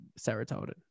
serotonin